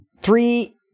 three